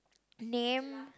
name